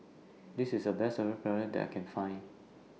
This IS The Best Samgyeopsal that I Can Find